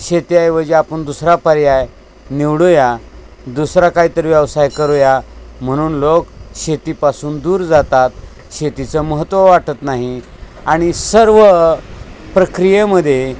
शेतीऐवजी आपण दुसरा पर्याय निवडूया दुसरा कायतरी व्यवसाय करूया म्हणून लोकं शेतीपासून दूर जातात शेतीचं महत्त्व वाटत नाही आणि सर्व प्रक्रियेमध्ये